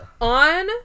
On